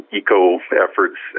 eco-efforts